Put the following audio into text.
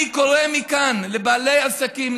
אני קורא מכאן לבעלי עסקים,